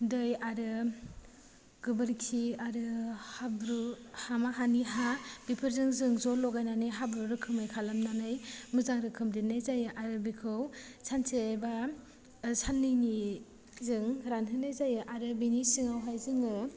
दै आरो गोबोरखि आरो हाब्रु हामा हानि हा बेफोरजों जों ज' लगायनानै हाब्रु रोखोमै खालामनानै मोजां रोखोम लिरनाय जायो आरो बेखौ सानसे बा साननैनिजों रानहोनाय जायो आरो बिनि सिङावहाय जोङो